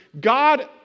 God